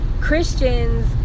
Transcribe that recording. Christians